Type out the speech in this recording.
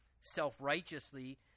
self-righteously